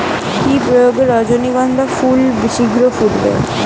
কি প্রয়োগে রজনীগন্ধা ফুল শিঘ্র ফুটবে?